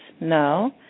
No